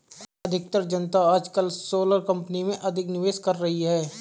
अधिकतर जनता आजकल सोलर कंपनी में अधिक निवेश कर रही है